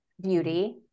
Beauty